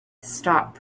stop